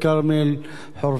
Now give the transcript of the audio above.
חורפיש ובית-ג'ן,